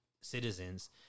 citizens